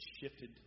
shifted